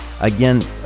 again